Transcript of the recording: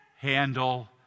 handle